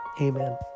Amen